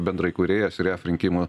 bendraįkūrėjas ir jav rinkimų